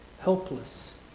Helpless